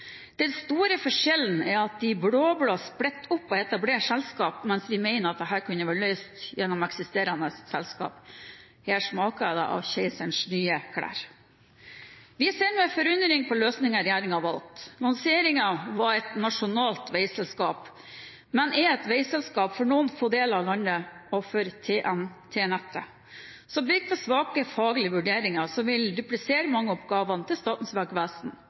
Den store forskjellen er at de blå-blå splitter opp og etablerer selskap, mens vi mener at dette kunne vært løst gjennom eksisterende selskap. Her smaker det av keiserens nye klær! Vi ser med forundring på løsningen regjeringen har valgt. Lanseringen var et nasjonalt veiselskap, men er et veiselskap for noen få deler av landet og for TEN-T-nettet. Det bygger på svake faglige vurderinger som vil duplisere mange av oppgavene til Statens vegvesen,